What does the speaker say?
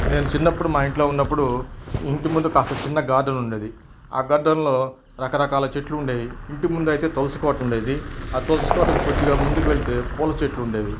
నేను చిన్నప్పుడు మా ఇంట్లో ఉన్నప్పుడు ఇంటి ముందు కాస్త చిన్న గార్డెన్ ఉండేది ఆ గార్డెన్లో రకరకాల చెట్లు ఉండేవి ఇంటి ముందు అయితే తులసి కోట ఉండేది ఆ తులసి కోటకి కొద్దిగా ముందుకు వెళ్తే పూల చెట్లు ఉండేవి